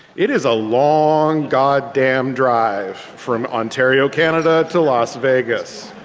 it is a long god dam drive from ontario canada to las vegas.